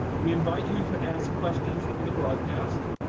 we invite you to ask questions during the broadcast.